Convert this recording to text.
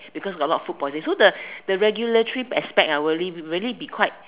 because got a lot of food poisoning so the the regulatory aspect will really be quite